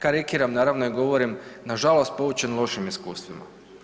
Karikiram naravno i govorim na žalost poučen lošim iskustvima.